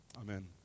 Amen